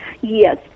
Yes